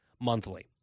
monthly